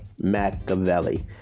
Machiavelli